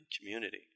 community